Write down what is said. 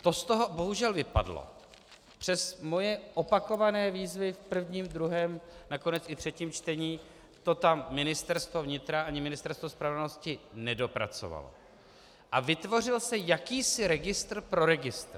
To z toho bohužel vypadlo, přes moje opakované výzvy v prvním, druhém, nakonec i třetím čtení to tam Ministerstvo vnitra ani Ministerstvo spravedlnosti nedopracovaly a vytvořil se jakýsi registr pro registr.